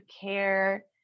care